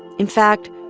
in fact,